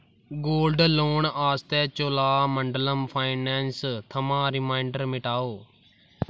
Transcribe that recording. gold loan आस्तै Cholamandalam finance थमां reminder मिटाओ